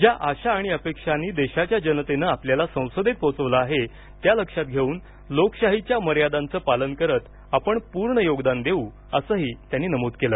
ज्या आशा आणि अपेक्षांनी देशाच्या जनतेनं आपल्याला संसदेत पोचवलं आहे त्या लक्षात घेऊन लोकशाहीच्या मर्यादांचं पालन करत आपण पूर्ण योगदान देऊ असंही त्यांनी नमूद केलं